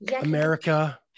America